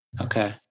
Okay